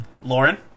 Lauren